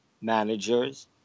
managers